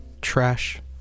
trash